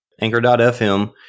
Anchor.fm